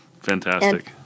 Fantastic